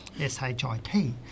S-H-I-T